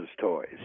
toys